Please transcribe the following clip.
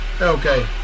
Okay